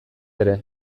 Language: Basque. ere